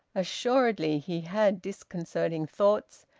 assuredly he had disconcerting thoughts,